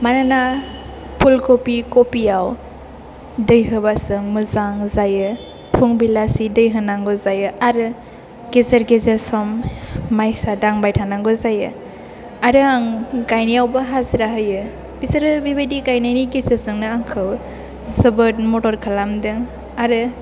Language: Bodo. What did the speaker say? मानोना फुल कपि कपियाव दै होबासो मोजां जायो फुं बेलासि दै होनांगौ जायो आरो गेजेर गेजेर सम मायसा दांबाय थानांगौ जायो आरो आं गायनायावबो हाजिरा होयो बिसोरो बेबायदि गायनायनि गेजेरजोंनो आंखौ जोबोर मदद खालामदों आरो